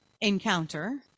encounter